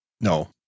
No